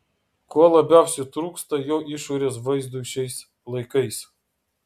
ko labiausiai trūksta jo išorės vaizdui šiais laikais